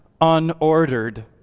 unordered